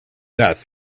death